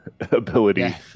ability